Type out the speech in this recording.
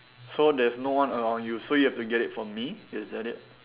so there's no one around you so you have to get it from me is that it